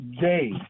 day